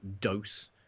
dose